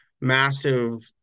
massive –